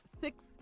six